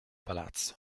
palazzo